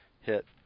hit